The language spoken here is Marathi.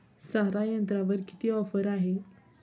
सारा यंत्रावर किती ऑफर आहे?